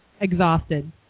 exhausted